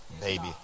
baby